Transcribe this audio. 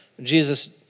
Jesus